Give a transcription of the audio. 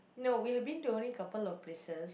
no we have been to only couple of places